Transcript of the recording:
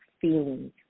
feelings